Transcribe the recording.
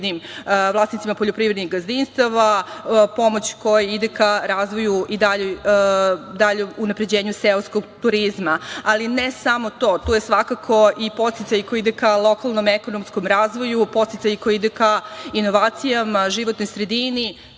vlasnicima poljoprivrednih gazdinstava, pomoć koja ide ka razvoju i daljem unapređenju seoskog turizma. Ne samo to, tu je svakako i podsticaj koji ide ka lokalnom ekonomskom razvoju, podsticaji koji idu ka inovacijama, životnoj sredini,